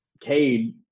Cade